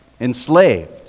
enslaved